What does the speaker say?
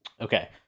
Okay